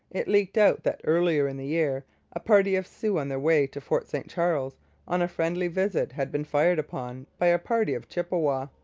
it leaked out that earlier in the year a party of sioux on their way to fort st charles on a friendly visit had been fired upon by a party of chippewas.